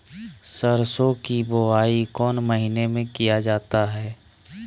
सरसो की बोआई कौन महीने में किया जाता है?